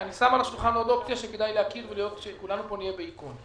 אני שם על השולחן עוד אופציה שכדאי להכיר ושכולנו פה נהיה בהיכון.